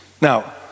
Now